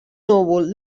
núvol